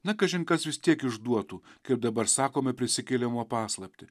na kažin kas vis tiek išduotų kaip dabar sakome prisikėlimo paslaptį